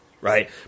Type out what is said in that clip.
right